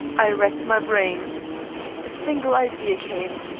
i racked my brains a single idea came.